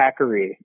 hackery